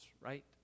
right